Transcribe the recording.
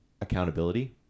accountability